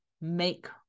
make